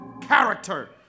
character